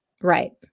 Right